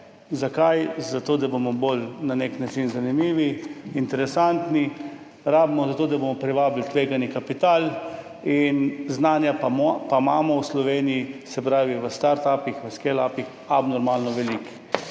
Zakaj? Zato da bomo nek način bolj na zanimivi, interesantni, rabimo, zato da bomo privabili tvegani kapital, znanja pa imamo v Sloveniji, se pravi v startupih, v scaleupih, abnormalno veliko.